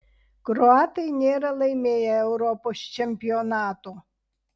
kroatai nėra laimėję europos čempionato